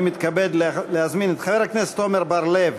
אני מתכבד להזמין את חבר הכנסת עמר בר-לב